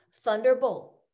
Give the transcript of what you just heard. thunderbolt